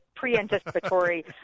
pre-anticipatory